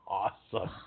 awesome